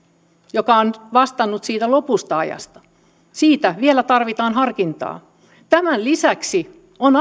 joka on vastannut siitä lopusta ajasta vastaan on kanneoikeus edelleen voimassa siitä vielä tarvitaan harkintaa tämän lisäksi on